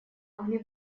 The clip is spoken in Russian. могли